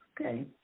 Okay